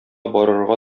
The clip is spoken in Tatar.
барырга